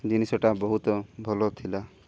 ଜିନିଷଟା ବହୁତ ଭଲ ଥିଲା